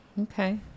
Okay